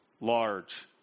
large